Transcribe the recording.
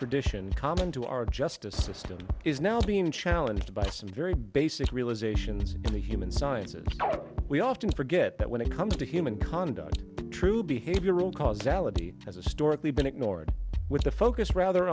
tradition common to our justice system is now being challenged by some very basic realizations in the human sciences we often forget that when it comes to human conduct true behavioral causality as a storage we've been ignored with the focus rather